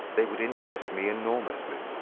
they would interest me enormously.